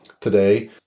today